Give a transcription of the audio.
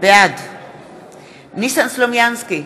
בעד ניסן סלומינסקי,